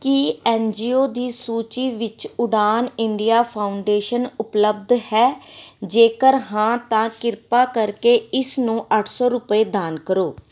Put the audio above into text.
ਕੀ N G O ਦੀ ਸੂਚੀ ਵਿੱਚ ਉਡਾਣ ਇੰਡੀਆ ਫਾਊਂਡੇਸ਼ਨ ਉਪਲੱਬਧ ਹੈ ਜੇਕਰ ਹਾਂ ਤਾਂ ਕਿਰਪਾ ਕਰਕੇ ਇਸ ਨੂੰ ਅੱਠ ਸੌ ਰੁਪਏ ਦਾਨ ਕਰੋ